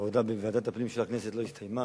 העבודה בוועדת הפנים של הכנסת לא הסתיימה,